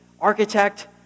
architect